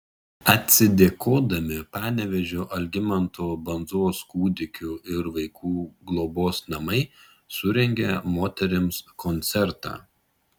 atsidėkodami panevėžio algimanto bandzos kūdikių ir vaikų globos namai surengė moterims koncertą